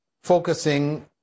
focusing